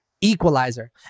equalizer